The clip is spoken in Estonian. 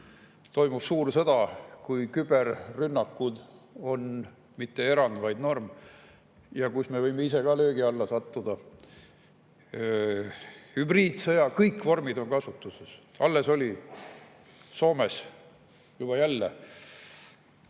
toimub suur sõda, kui küberrünnakud on mitte erand, vaid norm, ja kus me võime ise ka löögi alla sattuda. Hübriidsõja kõik vormid on kasutuses. Alles olid Soomes jälle